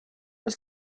oes